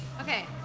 okay